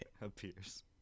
Appears